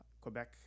Quebec